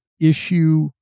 issue